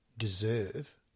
deserve